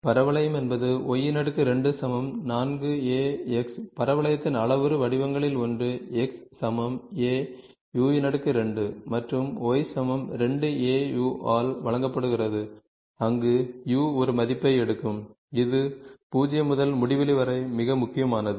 பரவளையம் என்பது y2 4 a x பரவளையத்தின் அளவுரு வடிவங்களில் ஒன்று x a u2 மற்றும் y 2 a u ஆல் வழங்கப்படுகிறது அங்கு 'u' ஒரு மதிப்பை எடுக்கும் இது 0 முதல் ∞ வரை மிக முக்கியமானது